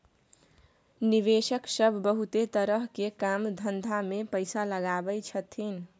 निवेशक सब बहुते तरह के काम धंधा में पैसा लगबै छथिन